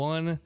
One